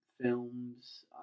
Films